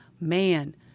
man